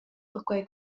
perquei